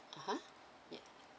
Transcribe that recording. (uh huh) yeah